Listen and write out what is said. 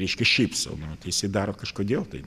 reiškia šiaip sau nu va tai jisai daro kažkodėl tai